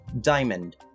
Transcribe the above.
diamond